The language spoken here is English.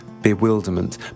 bewilderment